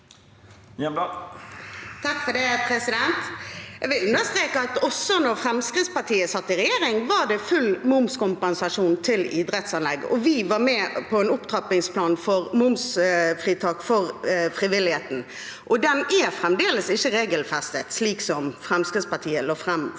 (FrP) Jeg vil understreke at også da Fremskrittspartiet satt i regjering, var det full momskompensasjon til idrettsanlegg, og vi var med på en opptrappingsplan for momsfritak for frivilligheten. Det er fremdeles ikke regelfestet, slik som Fremskrittspartiet la fram